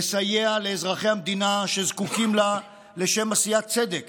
לסייע לאזרחי המדינה שזקוקים לה לשם עשיית צדק